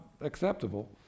acceptable